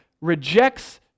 rejects